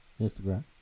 Instagram